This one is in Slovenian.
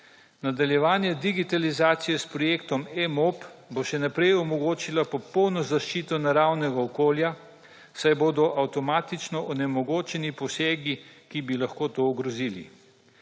Nadaljevanje digitalizacije s projektom e-mop bo še naprej omogočila popolno zaščito naravnega okolja saj bodo avtomatično onemogočeni posegi, ki bi lahko to ogrozili.